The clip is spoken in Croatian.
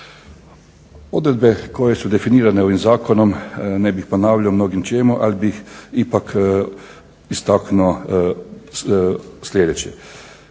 Odredbe koje su definirane ovim zakonom ne bih ponavljao ali bih ipak istaknuo sljedeće,